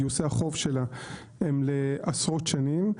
גיוסי החוב שלה הם לעשרות שנים,